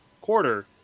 quarter